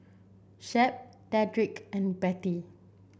Shep Dedrick and Bettie